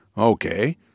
Okay